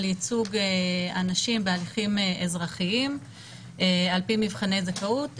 ייצוג אנשים בהליכים אזרחיים על פי מבחני זכאות,